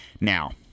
Now